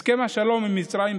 הסכם השלום עם מצרים,